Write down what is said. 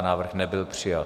Návrh nebyl přijat.